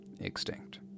extinct